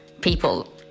people